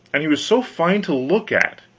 and he was so fine to look at,